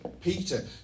Peter